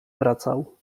wracał